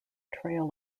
trail